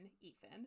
Ethan